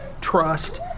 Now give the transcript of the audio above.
trust